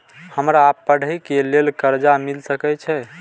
हमरा पढ़े के लेल कर्जा मिल सके छे?